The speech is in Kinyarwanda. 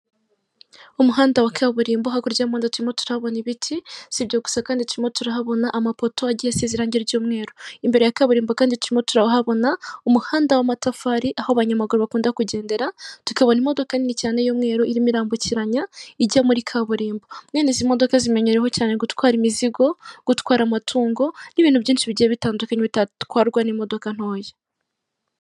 Umuhanda wa kaburimbo hakurya y'imodoka turimo turahabona ibiti sibyo gusa kandi, turimo turahabona amapoto agiye asize irangi ry'umweru imbere ya kaburimbo kandi, turimo turabahabona umuhanda w'amatafari, aho abanyamaguru bakunda kugendera tukabona imodoka nini cyane y'umweru irimo irambukiranya ijya muri kaburimbo, mwene izi modoka zimenyereweho cyane gutwara imizigo, gutwara amatungo n'ibintu byinshi bigiye bitandukanye bitatwarwa n'imodoka ntoya.